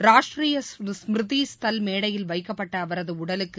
ராஷ்டீரிய எம்மிருதி ஸ்தல் மேடையில் வைக்கப்பட்ட அவரது உடலுக்கு